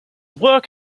work